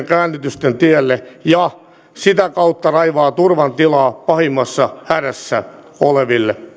käännytysten tielle ja sitä kautta raivaa turvan tilaa pahimmassa hädässä oleville